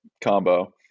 combo